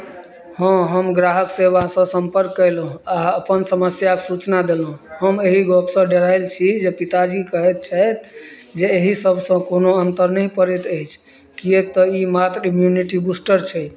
हँ हम ग्राहक सेवासँ सम्पर्क कयलहुँ आ अपन समस्याक सूचना देलहुँ हम एहि गपसँ डरायल छी जे पिताजी कहैत छथि जे एहि सभसँ कोनो अन्तर नहि पड़ैत अछि किएक तऽ ई मात्र इम्यूनिटी बूस्टर छै